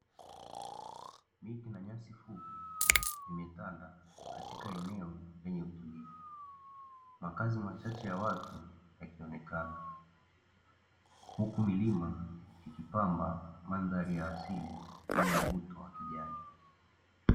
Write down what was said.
Miti na nyasi fupi vimetanda katika eneo lenye utulivu, makazi machache ya watu yakionekana huku milima ikipamba mandhari ya asili yenye mvuto wa kijani.